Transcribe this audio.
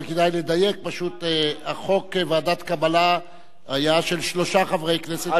אבל כדאי לדייק: חוק ועדות קבלה היה של שלושה חברי כנסת,